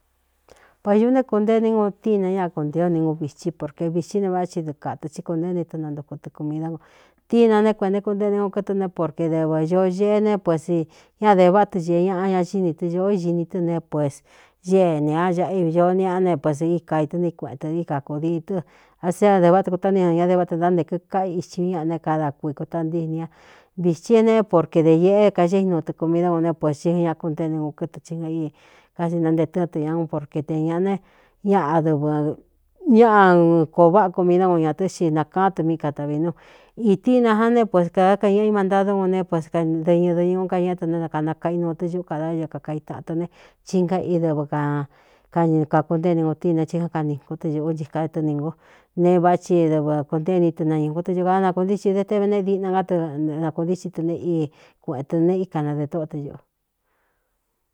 Va ñuꞌu né kuntée ní gutína ñaa kuntéé o ni ngú vitsí porke vītí ne vá tsi dɨɨ kāta tí kuntéé ini tɨ nantuku tɨ ku mi dá ku tína né kueꞌenta é kuntée ne nun kɨtɨ ne porke dɨvɨ ñoo ñeꞌe ne pues ña de váꞌa tɨ ñēe ñaꞌa ña xíni tɨ ñōó sini tɨ́ ne pués ñée ne a ñaꞌa ivñoó niꞌá ne pues í kaitɨni kueꞌen tɨ d kakūdii tɨ a séña deváꞌa ta kutáninan ña deváa ta ntántē kikaꞌ ixi ú ñaꞌa ne kada kui kutantíni a vithí é ne porqe dē īēꞌé kaxéi nuun tɨku miidá gu né puēs tí án ñaá kunténe ūn kɨtɨ tsinga ii kási nantee tɨ́ɨn tɨ ña un porke tē ñaꞌane ñaꞌadɨvɨ ñáꞌ kōo váꞌa ku mii dá kun ñātɨ́ xi nakaán tu mí katavi nu ītí ina ján ne pues kadá ka ñɨꞌa i mantadó uune pues kdɨñɨ dɨñɨú kañɨꞌé tɨ né nakanakaꞌí nuu tɨ́ ñuꞌu kadáyo kakai ta ta ne tsi nga i dɨvɨ akañɨkākuntéeni ngutina chi kán kaninkun tɨ ñūꞌu nchika e tɨni ngu ne vátsi dɨvɨ kuntée ni tɨnañūkun tɨ ukaa nakūntítsi de téveneꞌe diꞌna ná tɨ na kūntítsi tu ne íi kueꞌēn tɨ ne íkānade tóꞌo tɨ ño.